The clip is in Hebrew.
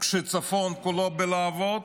כשהצפון כולו בלהבות,